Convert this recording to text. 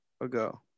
ago